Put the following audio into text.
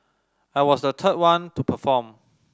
I was the third one to perform